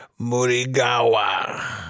Murigawa